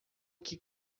que